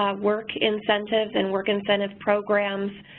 ah work incentives and work incentive programs.